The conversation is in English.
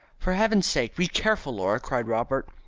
for heaven's sake, be careful, laura! cried robert.